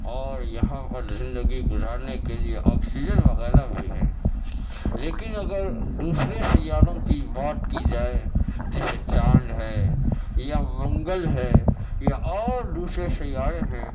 اور یہاں پر زندگی گزارنے کے لیے آکسیجن وغیرہ بھی ہے لیکن اگر دوسرے سیاروں کی بات کی جائے جیسے چاند ہے یا منگل ہے یا اور دوسرے سیارے ہیں